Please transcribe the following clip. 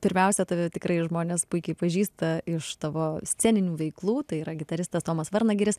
pirmiausia tave tikrai žmonės puikiai pažįsta iš tavo sceninių veiklų tai yra gitaristas tomas varnagiris